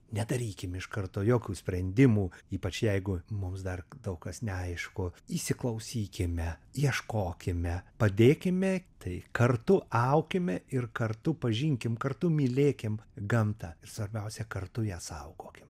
nedarykim iš karto jokių sprendimų ypač jeigu mums dar daug kas neaišku įsiklausykime ieškokime padėkime tai kartu aukime ir kartu pažinkim kartu mylėkime gamtą ir svarbiausia kartu ją saugokim